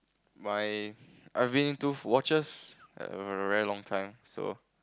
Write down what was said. my I've been into watches a very long time